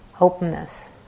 openness